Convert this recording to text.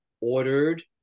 ordered